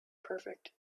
perfect